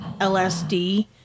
LSD